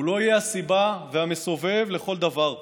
הוא לא יהיה הסיבה והמסובב לכל דבר פה.